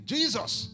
Jesus